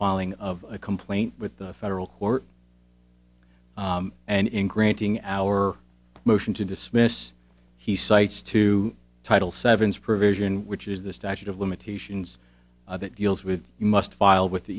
filing of a complaint with the federal court and in granting our motion to dismiss he cites to title seven's provision which is the statute of limitations that deals with must filed with the